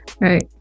Right